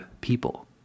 people